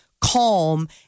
calm